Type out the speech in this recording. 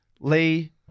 Lee